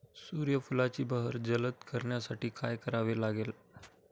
सूर्यफुलाची बहर जलद करण्यासाठी काय करावे लागेल?